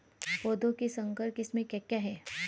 पौधों की संकर किस्में क्या क्या हैं?